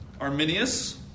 Arminius